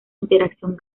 interacción